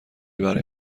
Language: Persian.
برای